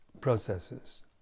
processes